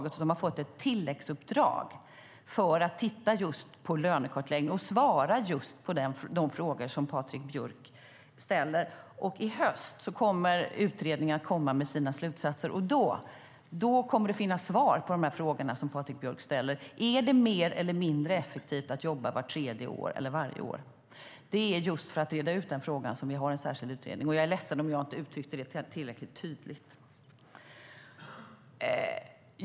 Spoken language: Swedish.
Den utredningen har fått ett tilläggsuppdrag för att titta på just lönekartläggning och svara just på de frågor som Patrik Björck ställer. I höst kommer utredningen med sina slutsatser, och då kommer det att finnas svar på de frågor som Patrik Björck ställer. Är det mer eller mindre effektivt att jobba vart tredje år jämfört med varje år? Det är just för att reda ut den frågan som vi har en särskild utredning. Jag är ledsen om jag inte uttryckte det tillräckligt tydligt.